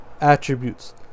attributes